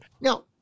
Now